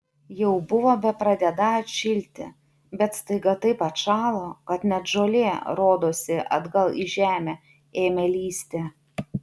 jau buvo bepradedą atšilti bet staiga taip atšalo kad net žolė rodosi atgal į žemę ėmė lįsti